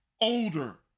older